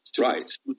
Right